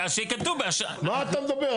מה אתה מדבר?